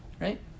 Right